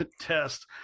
test